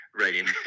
writing